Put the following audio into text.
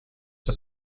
das